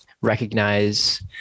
recognize